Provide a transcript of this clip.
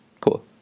Cool